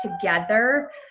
together